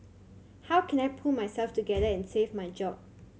how can I pull myself together and save my job